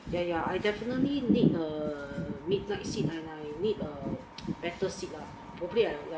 ya ya I definitely need a midnight sleep and I need a better sleep ah probably I would